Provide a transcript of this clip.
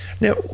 Now